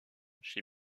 chez